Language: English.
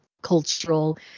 cultural